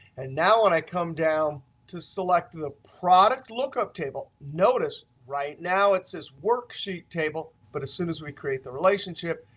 and now when i come down to select the product lookup table, notice right now it's this worksheet table, but as soon as we create the relationship,